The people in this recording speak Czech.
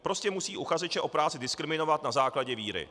Prostě musí uchazeče o práci diskriminovat na základě víry.